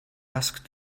asked